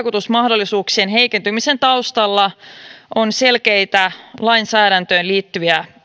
vaikutusmahdollisuuksien heikentymisen taustalla on selkeitä lainsäädäntöön liittyviä